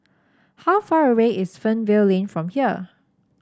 how far away is Fernvale Lane from here